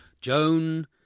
Joan